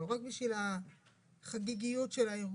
רק בשביל החגיגיות של האירוע,